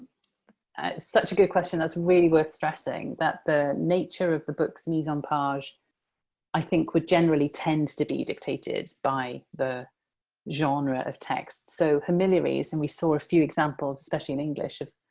such a good question. that's really worth stressing that the nature of the books' mise-en-page i think would generally tend to be dictated by the genre of text. so, homiliaries and we saw a few examples, especially in english of